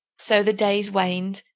so the days waned,